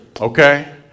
okay